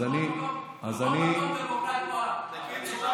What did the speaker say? אז אני, בכל מקום דמוקרטי בעולם, בקיצור,